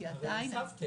כי לא הוספתם,